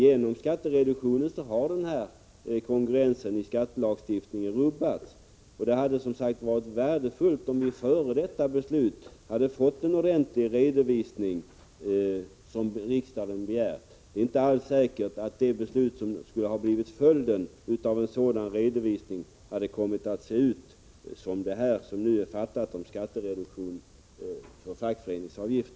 Genom skattereduktionen har denna kongruens i skattelagstiftningen rubbats. Det hade som sagt varit värdefullt om vi före detta beslut hade fått en sådan ordentlig redovisning som riksdagen begärt. Det är inte alls säkert att det beslut som hade blivit följden av en sådan redovisning skulle ha sett ut så som det som nu är fattat '